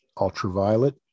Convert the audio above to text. ultraviolet